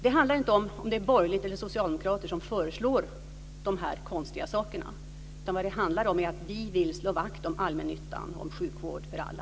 Det handlar inte om huruvida det är borgerliga eller socialdemokrater som föreslår de här konstiga sakerna, utan vad det handlar om är att vi vill slå vakt om allmännyttan och om en sjukvård för alla.